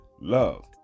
love